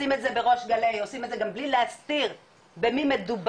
עושים את זה בריש גלי עושים את זה גם בלי להסתיר במי מדובר,